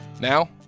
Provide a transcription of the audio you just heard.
Now